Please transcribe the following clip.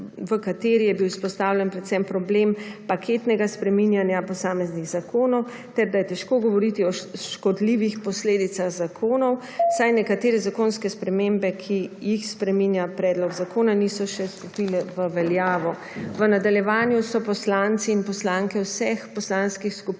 v kateri je bil izpostavljen predvsem problem paketnega spreminjanja posameznih zakonov ter da je težko govoriti o škodljivih posledicah zakonov, saj nekatere zakonske spremembe, ki jih spreminja predlog zakona, niso še stopile v veljavo. V nadaljevanju so poslanci in poslanke vseh poslanskih skupin